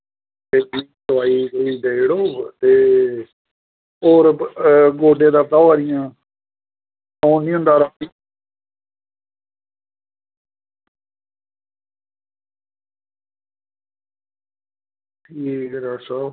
दे एह्दी दवाई कोई देई ओड़ो ते होर गोड्डें दर्दां होआ दियां सौंन नी होंदा रातीं ठीक ऐ डाक्टर साह्ब